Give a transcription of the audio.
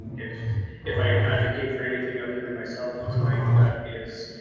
if if i advocate for anything other than myself tonight that is,